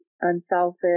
unselfish